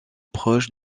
proche